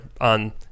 on